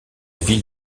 ville